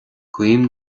guím